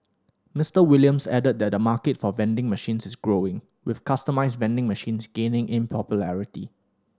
Mister Williams added that the market for vending machines is growing with customised vending machines gaining in popularity